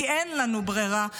כי אין לנו ברירה,